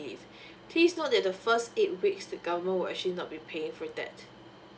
please note that the first eight weeks the government will actually not be paying for that